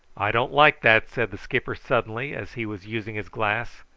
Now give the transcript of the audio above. i don't like that, said the skipper suddenly, as he was using his glass.